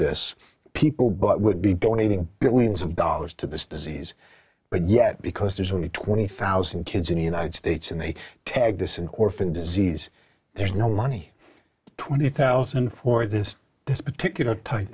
this people but would be donating billions of dollars to this disease but yet because there's only twenty thousand kids in the united states and they tag this in orphan disease there's no money twenty thousand for this this particular t